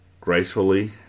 Gracefully